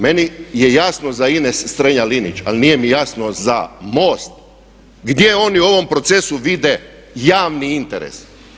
Meni je jasno za Ines Strenja-Linić, ali nije mi jasno za MOST, gdje oni u ovom procesu vide javni interes?